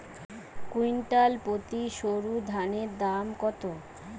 Quintal প্রতি সরুধানের দাম কত?